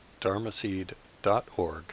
dharmaseed.org